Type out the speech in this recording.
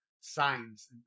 signs